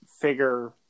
figure